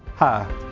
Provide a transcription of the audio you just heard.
hi